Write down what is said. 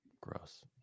Gross